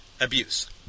abuse